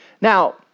Now